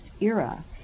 era